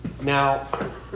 Now